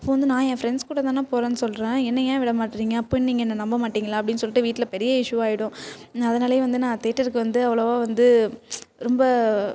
அப்போ வந்து நான் என் ஃப்ரெண்ட்ஸ் கூட தானே போகிறேன்னு சொல்கிறேன் என்னை ஏன் விடமாட்றீங்க அப்போ நீங்கள் என்னை நம்ப மாட்டீங்களா அப்டின்னு சொல்லிட்டு வீட்டில் பெரிய இஷ்யூ ஆகிடும் அதனாலேயே வந்து நான் தேட்டருக்கு வந்து அவ்வளவா வந்து ரொம்ப